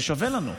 זה שווה לנו.